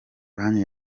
banki